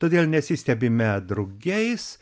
todėl nesistebime drugiais